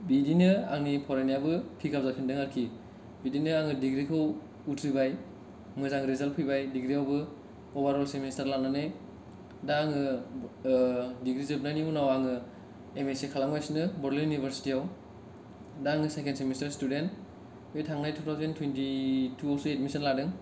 बिदिनो आंनि फरायनायाबो पिकाप जाफिनदों आरखि बिदिनो आङो डिग्रिखौ उथ्रिबाय मोजां रिजाल्ट फैबाय डिग्रियावबो अभारअल सेमेस्टार लानानै दा आङो डिग्रि जोबनायनि उनाव आङो एम ए सी खालामगासिनो बड'लेण्ड इउनिभारसिटियाव दा आङो सेकेण्ड सेमेस्टार स्टुडेन्ट बे थांनाय टु टावजेन टुवेन्टिटु आवसो एडमिसन लादों